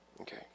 Okay